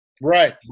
Right